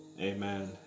Amen